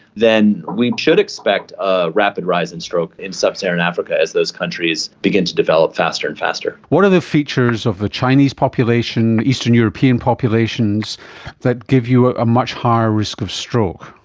then we should expect a rapid rise in stroke in sub-saharan africa as those countries begin to develop faster and faster. what are the features of the chinese population, eastern european populations that give you ah a much higher risk of stroke?